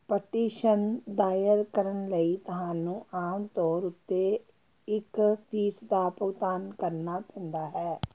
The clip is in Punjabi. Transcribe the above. ਪਟੀਸ਼ਨ ਦਾਇਰ ਕਰਨ ਲਈ ਤੁਹਾਨੂੰ ਆਮ ਤੌਰ ਉੱਤੇ ਇੱਕ ਫੀਸ ਦਾ ਭੁਗਤਾਨ ਕਰਨਾ ਪੈਂਦਾ ਹੈ